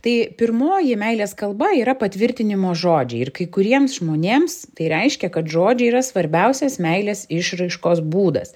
tai pirmoji meilės kalba yra patvirtinimo žodžiai ir kai kuriems žmonėms tai reiškia kad žodžiai yra svarbiausias meilės išraiškos būdas